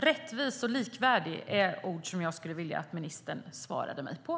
Rättvist och likvärdigt är ord som jag skulle vilja att ministern kommenterade.